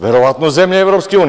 Verovatno u zemlje EU.